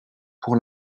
pour